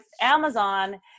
Amazon